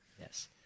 yes